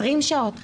20 שעות,